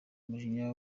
umujinya